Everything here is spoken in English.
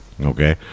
okay